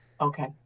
Okay